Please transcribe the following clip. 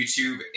YouTube